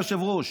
היושב-ראש,